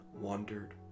wandered